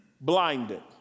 blinded